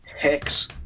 hex